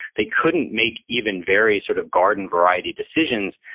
they couldn't make even very sort of garden variety decisions,